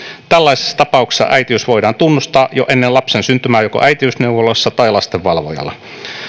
tällaisessa tapauksessa äitiys voidaan tunnustaa jo ennen lapsen syntymää joko äitiysneuvolassa tai lastenvalvojalla